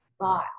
thought